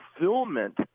fulfillment